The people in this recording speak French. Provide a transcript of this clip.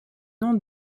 nom